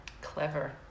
clever